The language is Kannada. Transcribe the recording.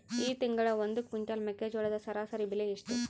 ಈ ತಿಂಗಳ ಒಂದು ಕ್ವಿಂಟಾಲ್ ಮೆಕ್ಕೆಜೋಳದ ಸರಾಸರಿ ಬೆಲೆ ಎಷ್ಟು?